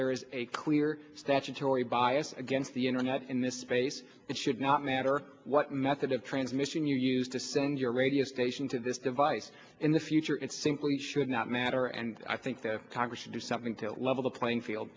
there is a clear statutory bias against the internet in this space it should not matter what method of transmission you use to send your radio station to this device in the future it simply should not matter and i think the congress to do something to level the playing field